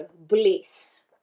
bliss